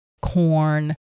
corn